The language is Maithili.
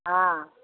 हँ